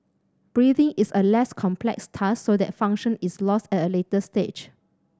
breathing is a less complex task so that function is lost at a later stage